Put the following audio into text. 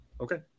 okay